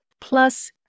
Plus